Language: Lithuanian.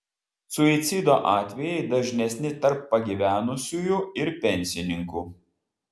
suicido atvejai dažnesni tarp pagyvenusiųjų ir pensininkų